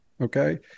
Okay